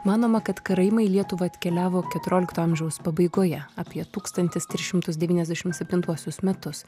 manoma kad karaimai į lietuvą atkeliavo keturiolikto amžiaus pabaigoje apie tūkstantis trys šimtus devyniasdešim septintuosius metus